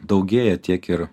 daugėja tiek ir